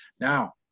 Now